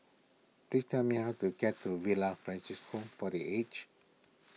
please tell me how to get to Villa Francis Home for the Aged